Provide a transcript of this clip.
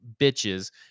bitches